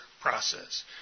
process